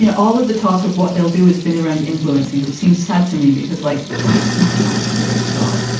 yeah all of the talk of what they'll do has been around influencing, which seems sad to me because like that's not actually a job.